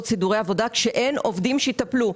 סידורי עבודה כשאין עובדים שיטפלו.